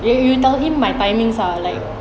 ya